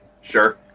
Sure